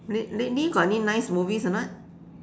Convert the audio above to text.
late~ lately got any nice movies or not